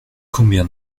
combien